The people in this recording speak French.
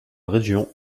région